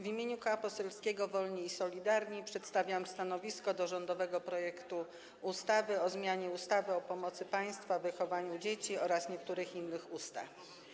W imieniu Koła Poselskiego Wolni i Solidarni przedstawiam stanowisko wobec rządowego projektu ustawy o zmianie ustawy o pomocy państwa w wychowaniu dzieci oraz niektórych innych ustaw.